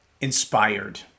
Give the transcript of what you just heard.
Inspired